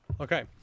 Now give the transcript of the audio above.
Okay